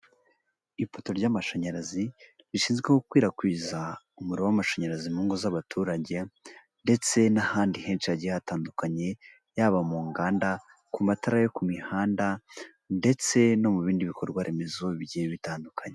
Ipoto ry'amashanyarazi rishinzwe gukwirakwiza umuriro w'amashanyarazi mu ngo z'abaturage ndetse n'ahandi henshi hagiye hatandukanye yaba mu nganda, ku matara yo ku mihanda, ndetse no mu bindi bikorwaremezo bigiye bitandukanye.